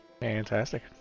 fantastic